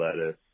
lettuce